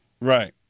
Right